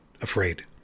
afraid